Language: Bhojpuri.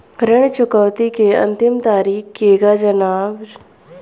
ऋण चुकौती के अंतिम तारीख केगा जानब?